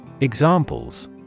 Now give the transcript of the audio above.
Examples